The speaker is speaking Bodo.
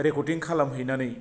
रेकर्दिं खालामहैनानै